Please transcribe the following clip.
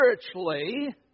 spiritually